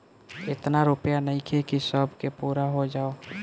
एतना रूपया नइखे कि सब के पूरा हो जाओ